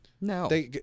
No